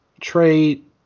trait